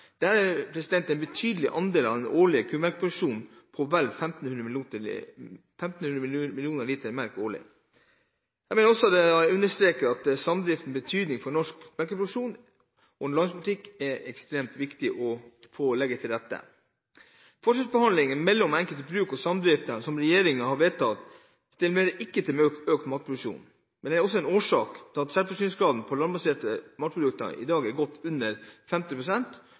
årlig. Jeg mener dette understreker samdriftenes betydning for norsk melkeproduksjon og landbrukspolitikk, og det er det ekstremt viktig å legge til rette for. Forskjellsbehandlingen mellom enkeltbruk og samdrifter, som regjeringen har vedtatt, stimulerer ikke til økt matproduksjon, men er en årsak til at selvforsyningsgraden på landbaserte matprodukter i dag er godt under